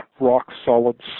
rock-solid